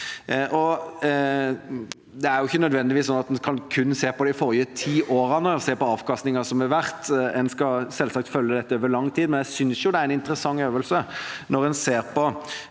Det er ikke nødvendigvis sånn at vi kun skal se på de forrige ti årene og avkastningen som har vært – en skal selvsagt følge dette over lang tid – men jeg synes det er en interessant øvelse. Når en ser på